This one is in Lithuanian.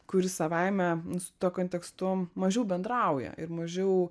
kuri savaime su tuo kontekstu mažiau bendrauja ir mažiau